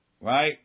Right